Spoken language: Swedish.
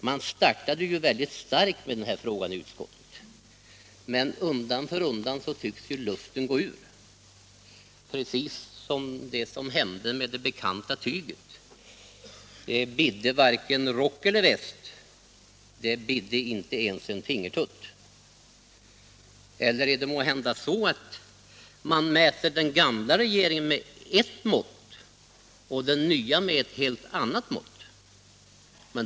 Man startade ju mycket starkt med den här frågan i utskottet, men undan för undan tycks luften ha gått ur reservanterna, precis som i det bekanta fallet med tyget: det bidde varken rock eller väst; det bidde inte ens en fingertutt! Eller är det måhända så, att man mäter den gamla regeringen med en måttstock och den nya regeringen med en helt annan måttstock?